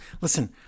listen